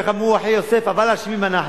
איך אמרו אחי יוסף: "אבל אשמים אנחנו".